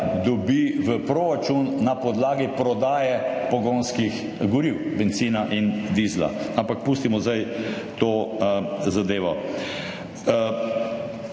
dobi v proračun na podlagi prodaje pogonskih goriv, bencina in dizla, ampak pustimo zdaj to zadevo.